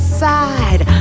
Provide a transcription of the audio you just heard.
side